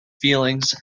feelings